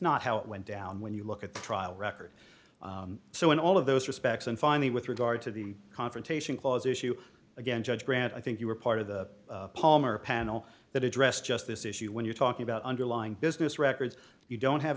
not how it went down when you look at the trial record so in all of those respects and finally with regard to the confrontation clause issue again judge grant i think you were part of the palmer panel that addressed just this issue when you're talking about underlying business records you don't have